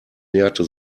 näherte